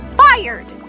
fired